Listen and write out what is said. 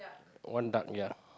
one duck ya